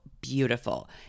beautiful